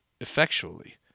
effectually